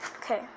okay